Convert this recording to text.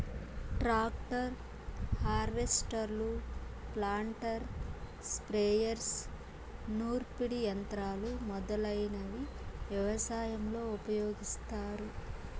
tractor, హార్వెస్టర్లు, planter, sprayers, నూర్పిడి యంత్రాలు మొదలైనవి వ్యవసాయంలో ఉపయోగిస్తారు